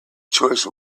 choice